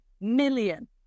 million